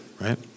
right